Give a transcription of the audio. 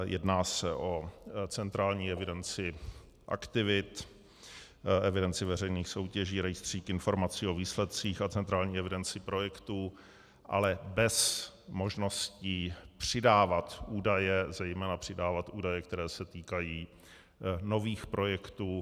Jedná se o centrální evidenci aktivit, evidenci veřejných soutěží, rejstřík informací o výsledcích a centrální evidenci projektů, ale bez možnosti přidávat údaje, zejména přidávat údaje, které se týkají nových projektů.